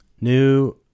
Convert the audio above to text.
new